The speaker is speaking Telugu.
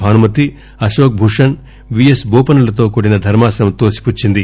భానుమతి అశోక్ భూషణ్ విఎస్ బోపన్సలతో కూడిన ధర్మాసనం తోసి పుచ్చింది